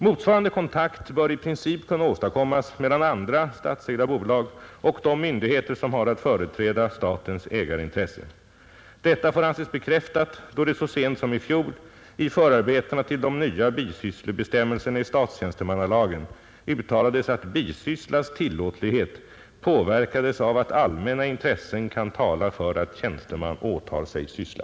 Motsvarande kontakt bör i princip kunna åstadkommas mellan andra statsägda bolag och de myndigheter som har att företräda statens ägarintresse. Detta får anses bekräftat då det så sent som i fjol i förarbetena till de nya bisysslebestämmelserna i statstjänstemannalagen uttalades att bisysslas tillåtlighet påverkades av att allmänna intressen kan tala för att tjänsteman åtar sig syssla.